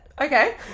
Okay